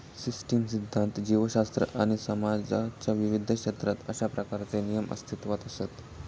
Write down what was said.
system सिध्दांत, जीवशास्त्र आणि समाजाच्या विविध क्षेत्रात अशा प्रकारचे नियम अस्तित्वात असत